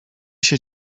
się